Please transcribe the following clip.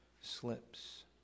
slips